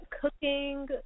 cooking